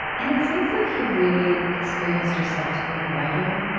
and it seems like you've really experienced yourself to be a writer,